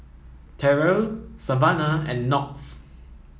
Terrell Savanah and Knox